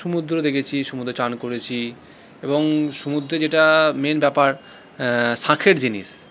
সমুদ্র দেখেছি সমুদ্রে চান করেছি এবং সমুদ্রে যেটা মেইন ব্যপার শাঁখের জিনিস